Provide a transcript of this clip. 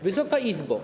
Wysoka Izbo!